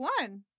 One